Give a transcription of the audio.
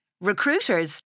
Recruiters